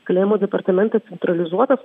kalėjimų departamente centralizuotas